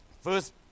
first